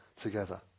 together